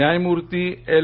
न्यायमूर्ती एल